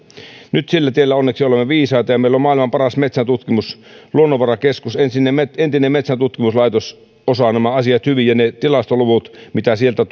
nyt sillä tiellä onneksi olemme viisaita ja meillä on maailman paras metsäntutkimus luonnonvarakeskus entinen metsäntutkimuslaitos osaa nämä asiat hyvin ja ne tilastoluvut mitä sieltä